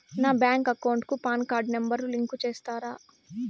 నా bank account కు PAN card number ను లింకు సేస్తారా?